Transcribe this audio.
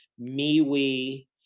MeWe